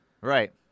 Right